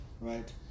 Right